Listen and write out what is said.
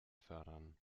fördern